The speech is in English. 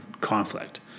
conflict